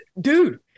dude